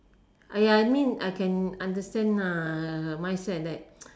ya I mean I can understand ah her her mindset that